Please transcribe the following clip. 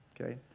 Okay